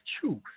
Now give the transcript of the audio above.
truth